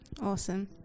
Awesome